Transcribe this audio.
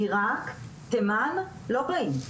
עירק תימן לא באים,